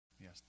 yes